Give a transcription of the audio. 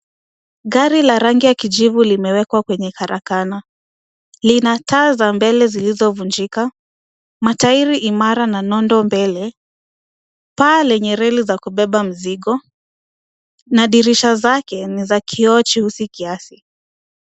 Gari la rangi ya kijivu limewekwa kwenye karakana. Lina taa za mbele zilizovunjika, matairi imara ja nondo mbele, paa lenye reli za kubeba mzigo, na dirisha zake ni za kioo cheusi kiasi.